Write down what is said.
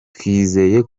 twizeye